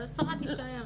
השרה תישאר.